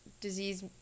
disease